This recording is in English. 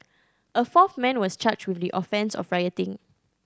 a fourth man was charged with the offence of